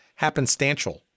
happenstantial